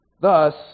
Thus